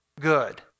good